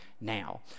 now